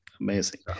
Amazing